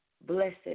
blessed